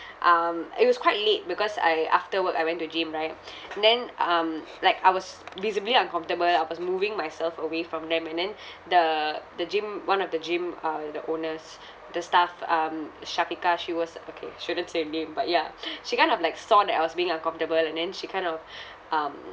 um it was quite late because I after work I went to gym right and then um like I was visibly uncomfortable I was moving myself away from them and then the the gym one of the gym uh the owners the staff um shafiqah she was okay shouldn't say the name but ya she kind of like saw that I was being uncomfortable and then she kind of um